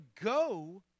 go